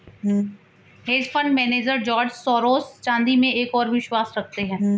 hedge fund manager George Soros चांदी में एक और विश्वास रखते हैं